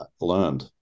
learned